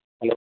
hello